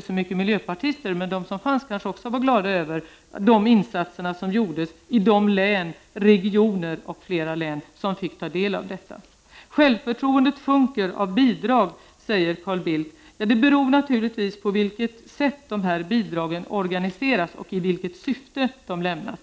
som de miljöpartister som fanns, även om de inte var så många, var glada över då insatserna gjordes i de län och regioner som fick ta del av insatserna. Självförtroendet sjunker om man tvingas ta emot bidrag, sade Carl Bildt. Det beror naturligtvis på hur bidragen organiseras och i vilket syfte de lämnas.